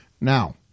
Now